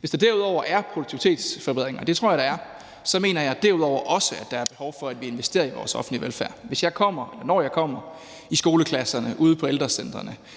Hvis der derudover er produktivitetsforbedringer – og det tror jeg at der er – så mener jeg, at der også er behov for, at vi investerer i vores offentlige velfærd. Når jeg kommer i skoleklasserne, ud på ældrecentrene